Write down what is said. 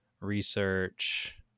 research